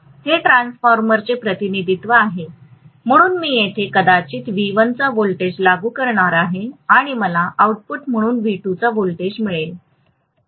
हे ट्रान्सफॉर्मरचे प्रतिनिधीत्व आहे म्हणून मी येथे कदाचित V1 चा व्होल्टेज लागू करणार आहे आणि मला आउटपुट म्हणून V2 चा व्होल्टेज मिळेल